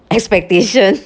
expectation